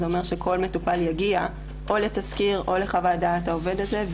זה אומר שכל מטופל יגיע או לתסקיר או לחוות דעת העובד הזה,